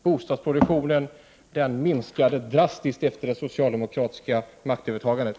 Bostadsproduktionen minskade drastiskt efter det socialdemokratiska maktövertagandet.